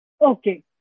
okay